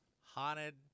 haunted